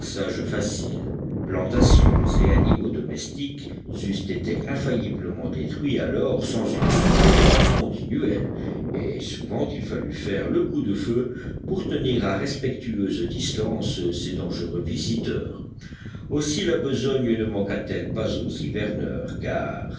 passage facile plantations et animaux domestiques eussent été infailliblement détruits alors sans une surveillance continuelle et souvent il fallut faire le coup de feu pour tenir à respectueuse distance ces dangereux visiteurs aussi la besogne ne manqua t elle pas aux hiverneurs car